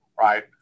right